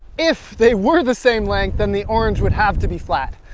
if they were the same length than the orange would have to be flat.